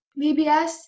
VBS